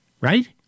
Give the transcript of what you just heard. right